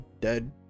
dead